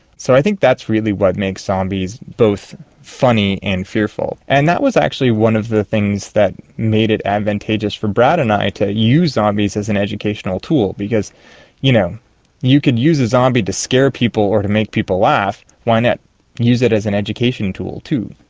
so i think that's really what makes zombies both funny and fearful. and that was actually one of the things that made it advantageous for brad and i to use zombies as an educational tool because if you know you can use a zombie to scare people or to make people laugh, why not use it as an education tool too.